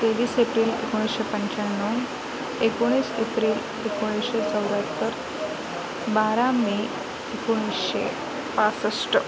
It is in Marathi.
तेवीस एप्रिल एकोणीसशे पंच्याण्णव एकोणीस एप्रिल एकोणीसशे चौऱ्यात्तर बारा मे एकोणीसशे पासष्ट